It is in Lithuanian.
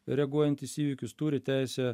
reaguojantys į įvykius turi teisę